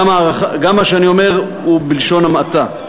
גם מה שאני אומר הוא בלשון המעטה.